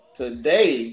today